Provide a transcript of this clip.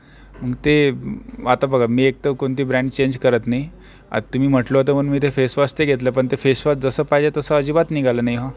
मग ते आता बघा मी एकतर कोणती ब्रँड चेंज करत नाही आता तुम्ही म्हटलं होतं म्हणून मी ते फेसवॉश ते घेतलं पण ते फेसवॉश जसं पाहिजे तसं अजिबात निघालं नाही हो